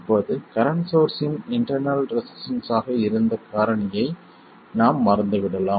இப்போது கரண்ட் சோர்ஸ்ஸின் internal resistance ஆக இருந்த காரணியை நாம் மறந்துவிடலாம்